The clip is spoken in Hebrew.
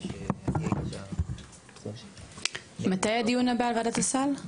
היא ש --- מתי הדיון הבא על ועדת הסל?